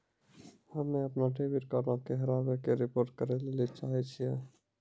हम्मे अपनो डेबिट कार्डो के हेराबै के रिपोर्ट करै लेली चाहै छियै